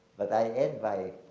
but i end by,